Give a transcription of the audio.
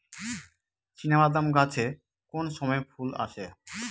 চিনাবাদাম গাছে কোন সময়ে ফুল আসে?